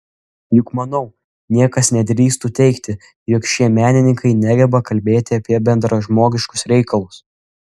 juk manau niekas nedrįstų teigti jog šie menininkai negeba kalbėti apie bendražmogiškus reikalus